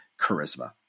charisma